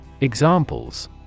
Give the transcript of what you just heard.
Examples